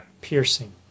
Piercing